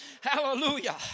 Hallelujah